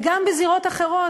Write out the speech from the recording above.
וגם בזירות אחרות,